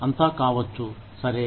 అంతా కావచ్చు సరే